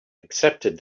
accepted